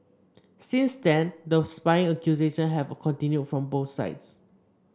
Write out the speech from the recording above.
since then the spying accusation have continued from both sides